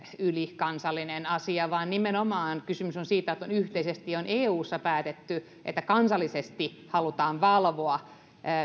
ylikansallinen asia vaan kysymys on nimenomaan siitä että on yhteisesti eussa päätetty että kansallisesti halutaan valvoa